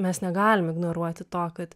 mes negalim ignoruoti to kad